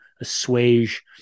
assuage